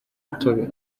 imitobe